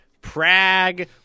Prague